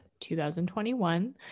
2021